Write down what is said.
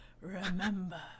Remember